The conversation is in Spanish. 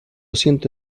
siento